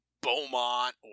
Beaumont